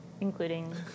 including